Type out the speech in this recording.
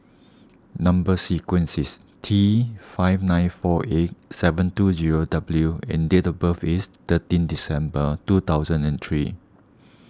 Number Sequence is T five nine four eight seven two zero W and date of birth is thirteen December two thousand and three